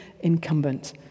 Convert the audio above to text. incumbent